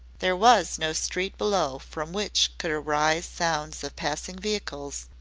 there was no street below from which could arise sounds of passing vehicles,